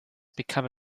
become